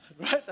Right